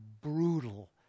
brutal